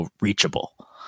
reachable